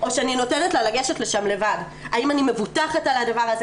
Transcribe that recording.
או שאני נותנת לה לגשת לשם לבד האם אני מבוטחת על זה?